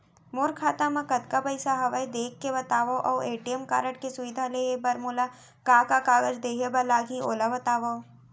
मोर खाता मा कतका पइसा हवये देख के बतावव अऊ ए.टी.एम कारड के सुविधा लेहे बर मोला का का कागज देहे बर लागही ओला बतावव?